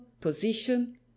position